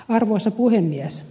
arvoisa puhemies